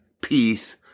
peace